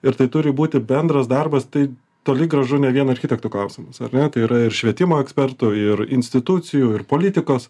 ir tai turi būti bendras darbas tai toli gražu ne vien architektų klausimas ar ne tai yra ir švietimo ekspertų ir institucijų ir politikos